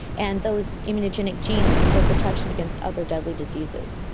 and those immunogenetic genes confer protection against other deadly diseases.